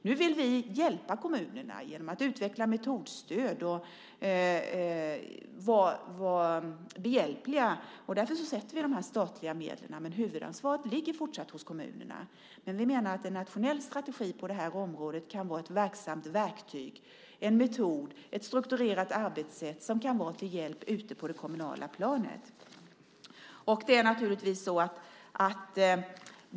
Nu vill vi hjälpa kommunerna genom att utveckla metodstöd och genom att vara behjälpliga. Därför avsätter vi dessa statliga medel, men huvudansvaret ligger fortsatt hos kommunerna. Men vi menar att en nationell strategi på det här området kan vara ett verksamt verktyg, en metod, ett strukturerat arbetssätt som kan vara till hjälp på det kommunala planet.